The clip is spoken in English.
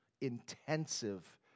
Intensive